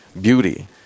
beauty